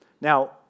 Now